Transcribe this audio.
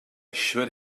should